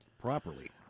properly